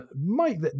Mike